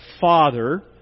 father